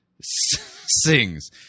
sings